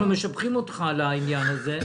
אנחנו משבחים אותך על העניין הזה.